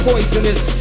Poisonous